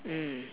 mm